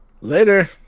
Later